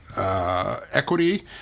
equity